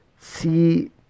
See